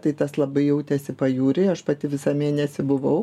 tai tas labai jautėsi pajūry aš pati visą mėnesį buvau